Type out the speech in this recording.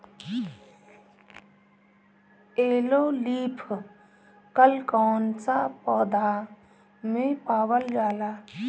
Yellow leaf curl कौन सा पौधा में पावल जाला?